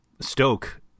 Stoke